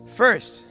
first